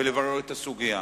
ולברר את הסוגיה.